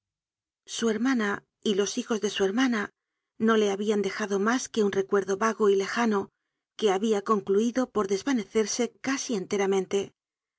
su hermana y los hijos de su hermana no le habian dejado mas que un recuerdo vago y lejano que habia concluido por desvanecerse casi enteramente